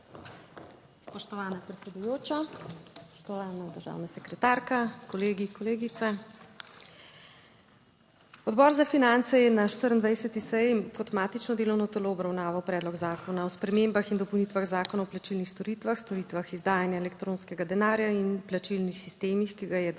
Spoštovana predsedujoča, spoštovana državna sekretarka, kolegi, kolegice. Odbor za finance je na 24. seji kot matično delovno telo obravnaval Predlog zakona o spremembah in dopolnitvah Zakona o plačilnih storitvah, storitvah izdajanja elektronskega denarja in plačilnih sistemih, ki ga je Državnemu